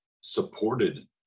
supported